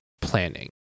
planning